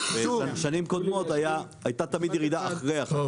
בשנים קודמות הייתה תמיד ירידה אחרי החג,